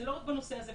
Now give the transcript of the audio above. זה לא רק בנושא הזה,